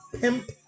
Pimp